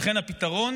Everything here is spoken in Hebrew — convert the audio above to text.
לכן הפתרון